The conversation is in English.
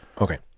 Okay